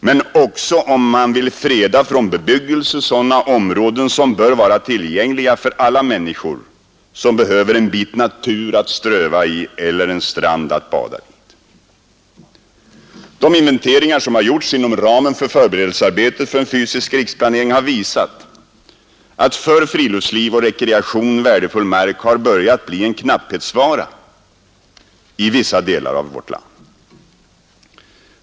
Men det är också avsett att freda från bebyggelse sådana områden som bör vara tillgängliga för alla människor som behöver en bit natur att ströva i eller tillgång till en badstrand. De inventeringar som har gjorts inom ramen för förberedelsearbetet för en fysisk riksplanering har visat att för friluftsliv och rekreation värdefull mark har börjat bli en knapphetsvara i vissa delar av vårt land.